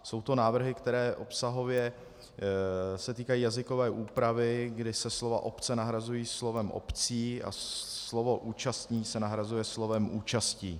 Jsou to návrhy, které se obsahově týkají jazykové úpravy, kdy se slova obce nahrazují slovem obcí a slovo účastní se nahrazuje slovem účastí.